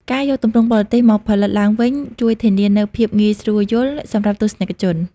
ការយកទម្រង់បរទេសមកផលិតឡើងវិញជួយធានានូវ ភាពងាយស្រួលយល់ សម្រាប់ទស្សនិកជន។